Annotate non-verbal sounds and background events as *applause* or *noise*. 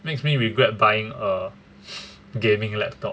makes me regret buying a *noise* gaming laptop